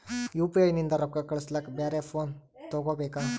UPI ನಿಂದ ರೊಕ್ಕ ಕಳಸ್ಲಕ ಬ್ಯಾರೆ ಫೋನ ತೋಗೊಬೇಕ?